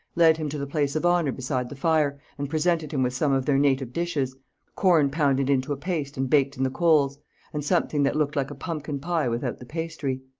led him to the place of honour beside the fire, and presented him with some of their native dishes corn pounded into a paste and baked in the coals and something that looked like a pumpkin pie without the pastry.